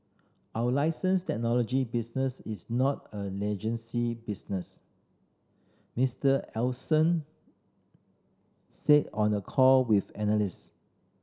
our license technology business is not a business Mister Ellison said on a call with analyst